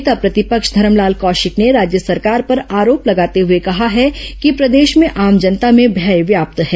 नेता प्रतिपक्ष धरमलाल कौशिक ने राज्य सरकार पर आरोप लगाते हुए कहा है कि प्रदेश में आम जनता में भय व्याप्त है